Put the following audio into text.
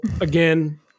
again